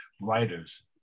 writers